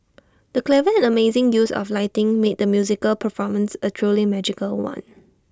the clever and amazing use of lighting made the musical performance A truly magical one